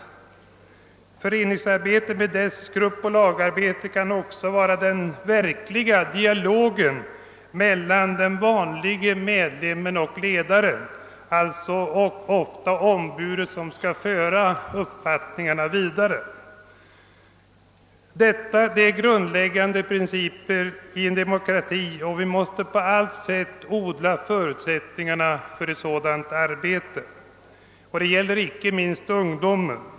I föreningsarbetet med dess gruppoch lagarbete kan också den verkliga dialogen komma till stånd mellan den vanlige medlemmen och ledaren, alltså ofta ombudet som skall föra uppfattningarna vidare. Detta är grundläggande principer i en demokrati och vi måste på allt sätt odla förutsättningarna för ett sådant arbete. Det gäller inte minst ungdomen.